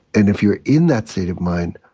and if you're in that state of mind,